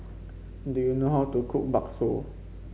do you know how to cook bakso